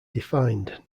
defined